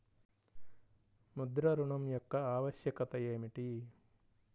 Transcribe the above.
ముద్ర ఋణం యొక్క ఆవశ్యకత ఏమిటీ?